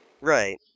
Right